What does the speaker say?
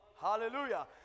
hallelujah